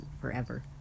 forever